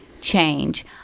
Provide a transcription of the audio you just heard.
change